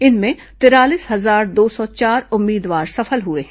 इनमें तिरालीस हजार दो सौ चार उम्मीदवार सफल हुए हैं